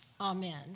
amen